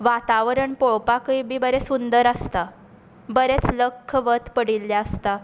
वातावरण पळोवपाकय बरें सुंदर आसता बरेच लख्ख वत पडिल्लें आसता